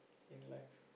in life